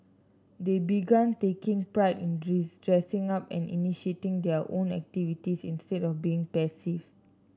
they began taking pride in dressing up and initiating their own activities instead of being passive